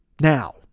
Now